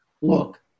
look